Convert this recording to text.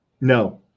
No